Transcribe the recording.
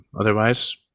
Otherwise